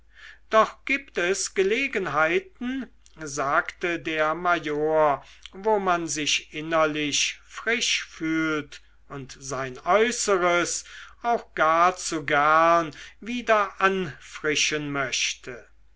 doch gibt es gelegenheiten sagte der major wo man sich innerlich frisch fühlt und sein äußeres auch gar zu gern wieder auffrischen möchte